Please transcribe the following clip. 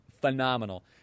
Phenomenal